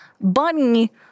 bunny